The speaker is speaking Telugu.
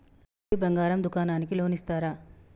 వెండి బంగారం దుకాణానికి లోన్ ఇస్తారా?